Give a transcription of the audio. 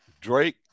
Drake